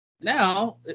now